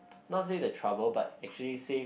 not say the trouble but actually say